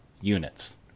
units